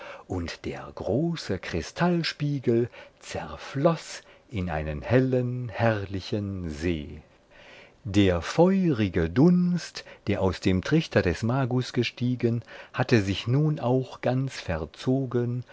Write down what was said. und der große kristallspiegel zerfloß in einen hellen herrlichen see der feurige dunst der aus dem trichter des magus gestiegen hatte sich nun auch ganz verzogen